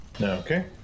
okay